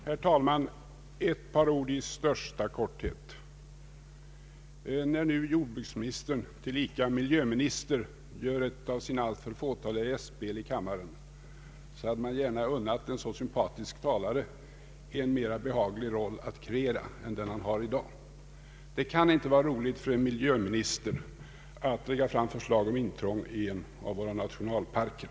Herr talman! Ett par ord i största korthet! När jordbruksministern, tillika miljöminister, nu gör ett av sina tyvärr alltför fåtaliga gästspel här i kammaren, hade man gärna unnat en så sympatisk talare en mera behaglig roll att kreera än den han har i dag. Det kan inte vara trevligt för en miljöminister att lägga fram förslag om intrång i en av våra nationalparker.